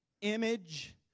image